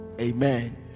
amen